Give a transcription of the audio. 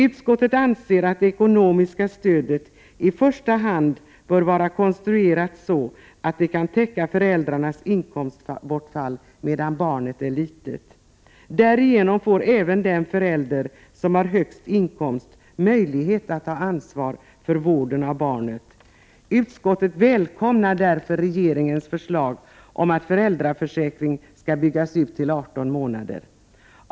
Utskottet anser att det ekonomiska stödet i första hand bör vara konstruerat så att det kan täcka föräldrarnas inkomstbortfall medan barnet är litet. Därigenom får även den förälder som har högst inkomst möjlighet att ta ansvar för vården av barnet. Utskottet välkomnar därför regeringens förslag att föräldraförsäkringen skall byggas ut till 18 månader.